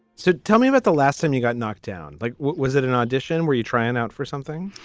so tell me about the last time you got knocked down. like was it an audition where you trying out for something.